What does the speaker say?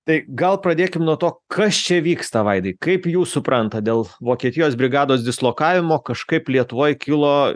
tai gal pradėkim nuo to kas čia vyksta vaidai kaip jūs suprantat dėl vokietijos brigados dislokavimo kažkaip lietuvoj kilo